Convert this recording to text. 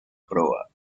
proa